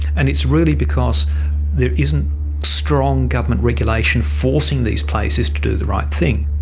and it's really because there isn't strong government regulation forcing these places to do the right thing.